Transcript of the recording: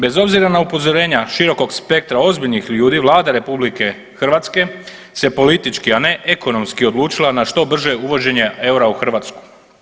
Bez obzira na upozorenja širokog spektra ozbiljnih ljudi Vlada RH se politički, a ne ekonomski odlučila na što brže uvođenje eura u Hrvatsku.